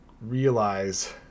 realize